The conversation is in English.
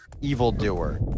Evildoer